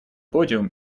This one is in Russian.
подиум